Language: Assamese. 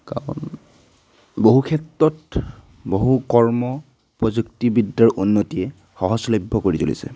কাৰণ বহু ক্ষেত্ৰত বহু কৰ্ম প্ৰযুক্তিবিদ্যাৰ উন্নতিয়ে সহজলভ্য কৰি তুলিছে